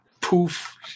poof